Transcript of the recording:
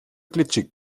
glitschig